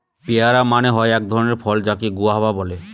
পেয়ারা মানে হয় এক ধরণের ফল যাকে গুয়াভা বলে